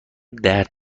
درد